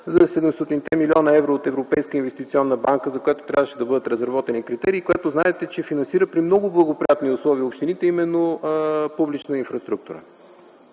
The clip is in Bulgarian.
за 700-те млн. евро от Европейската инвестиционна банка, за която трябваше да бъдат разработени критерии, която знаете, че финансира при много благоприятни условия общините, именно публична инфраструктура.